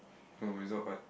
for result what